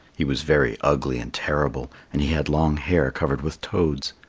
he was very ugly and terrible, and he had long hair covered with toads.